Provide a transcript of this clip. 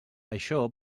això